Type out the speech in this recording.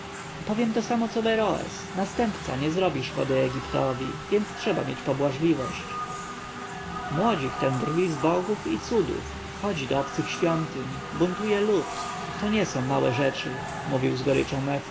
powiem to samo co beroes następca nie zrobi szkody egiptowi więc trzeba mieć pobłażliwość młodzik ten drwi z bogów i cudów wchodzi do obcych świątyń buntuje lud to nie są małe rzeczy mówił z goryczą mefres